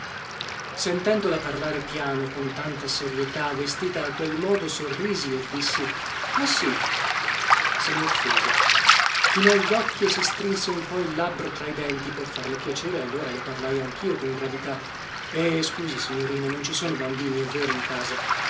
sentendola parlare piano con tanta serietà vestita a quel modo sorrisi e dissi ah sì se ne offese chinò gli occhi e si strinse un po il labbro tra i denti per farle piacere allora le parlai anchio con gravità e scusi signorina non ci sono bambini è vero in casa